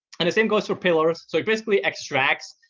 and the same goes for pillars. so it basically extracts